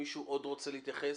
מישהו עוד רוצה להתייחס?